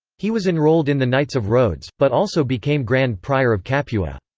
he was enrolled in the knights of rhodes, but also became grand prior of capua.